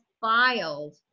filed